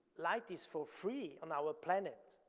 light is for free on our planet,